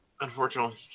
Unfortunately